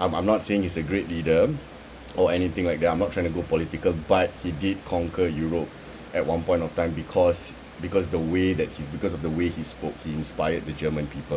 I'm I'm not saying he's a great leader or anything like that I'm not trying to go political but he did conquer europe at one point of time because because the way that he s~ because of the way he spoke he inspired the german people